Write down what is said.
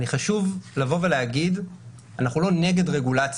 חשוב לבוא ולהגיד שאנחנו לא נגד רגולציה.